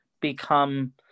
become